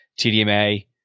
TDMA